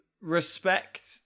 respect